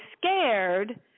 scared